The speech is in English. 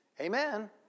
Amen